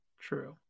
True